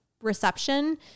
reception